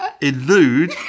elude